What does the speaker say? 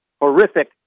horrific